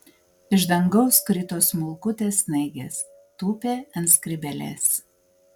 iš dangaus krito smulkutės snaigės tūpė ant skrybėlės